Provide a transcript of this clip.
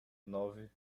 nove